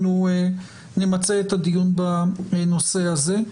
אנחנו נמצה את הדיון בנושא הזה.